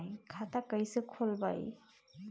खाता कईसे खोलबाइ?